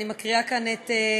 וכעת אנחנו